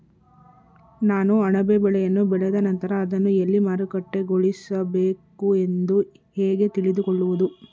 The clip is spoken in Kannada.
ನಾನು ಅಣಬೆ ಬೆಳೆಯನ್ನು ಬೆಳೆದ ನಂತರ ಅದನ್ನು ಎಲ್ಲಿ ಮಾರುಕಟ್ಟೆಗೊಳಿಸಬೇಕು ಎಂದು ಹೇಗೆ ತಿಳಿದುಕೊಳ್ಳುವುದು?